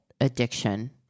addiction